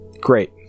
Great